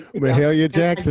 mahalia jackson